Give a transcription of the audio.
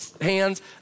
hands